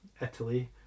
Italy